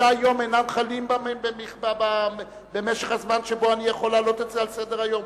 45 יום אינם חלים במשך הזמן שבו אני יכול להעלות את זה על סדר-היום.